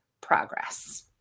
progress